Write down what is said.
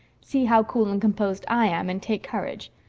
see how cool and composed i am, and take courage.